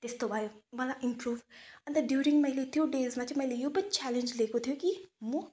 त्यस्तो भयो मलाई इम्प्रुभ अन्त ड्युरिङ मैले त्यो डेजमा चाहिँ मैले यो पनि च्यालेन्ज लिएको थियो कि म